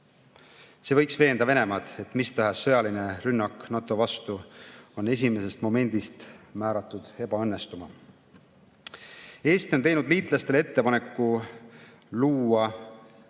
See võiks veenda Venemaad, et mis tahes sõjaline rünnak NATO vastu on esimesest momendist määratud ebaõnnestuma. Eesti on teinud liitlastele ettepaneku luua